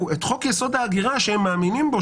את חוק-יסוד: ההגירה שהם מאמינים בו,